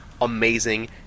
amazing